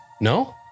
No